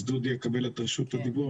אז דודי יקבל את רשות הדיבור.